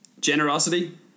Generosity